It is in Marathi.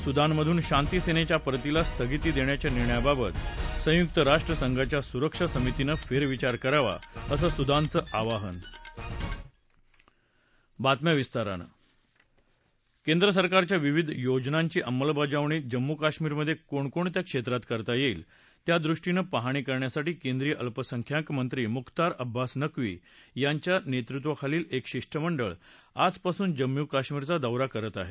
सुदानमधून शांतीसेनेच्या परतीला स्थगिती देण्याच्या निर्णयाबाबत संयुक्त राष्ट्र संघाच्या सुरक्षा समितीनं फेरविचार करावा असं सुदानचं आवाहन केंद्र सरकारच्या विविध योजनांची अंमलबजावणी जम्मू कश्मीरमध्ये कोण कोणत्या क्षेत्रात करता येईल यादृष्टीनं पाहणी करण्यासाठी केंद्रीय अल्पसंख्याक मंत्री मुख्तार अब्बास नक्वी यांच्या नेतृत्वाखाली एक शिष्टमंडळ आजपासून जम्मू कश्मीरचा दौरा करत आहे